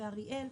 באריאל,